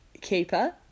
keeper